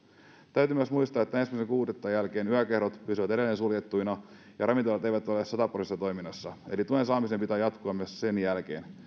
täytyy myös muistaa että ensimmäinen kuudetta jälkeen yökerhot pysyvät edelleen suljettuina ja ravintolat eivät ole sataprosenttisessa toiminnassa eli tuen saamisen pitää jatkua myös sen jälkeen